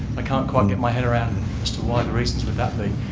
i can't quite get my head around as to why the reasons would that be.